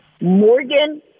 Morgan